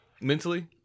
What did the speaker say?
mentally